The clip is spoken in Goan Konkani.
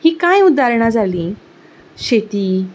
हीं कांय उदाहरणां जालीं शेती